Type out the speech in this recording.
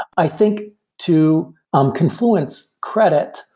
i think to um confluent's credit,